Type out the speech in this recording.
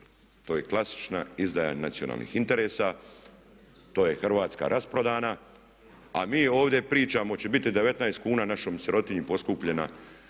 To je klasična izdaja nacionalnih interesa, to je Hrvatska rasprodana. A mi ovdje pričamo hoće biti 19 kuna našoj sirotinji poskupljeno